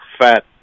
fat